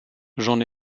j’en